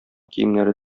киемнәре